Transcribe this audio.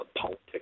politics